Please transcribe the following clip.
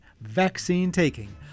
vaccine-taking